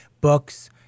books